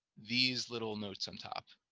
these little notes on top.